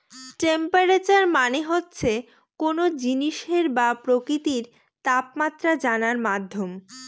temperature মানে হচ্ছে কোনো জিনিসের বা প্রকৃতির তাপমাত্রা জানার মাধ্যম